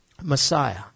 Messiah